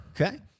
Okay